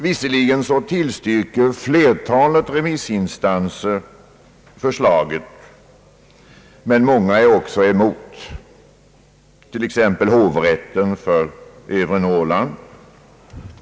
Visserligen tillstyrker flertalet remissinstanser förslaget, men många går också emot det, t.ex. hovrätten för Övre Norrland.